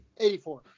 84